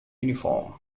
uniform